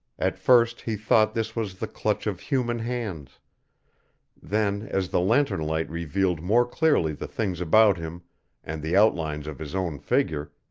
at first he thought this was the clutch of human hands then as the lantern-light revealed more clearly the things about him and the outlines of his own figure,